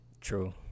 True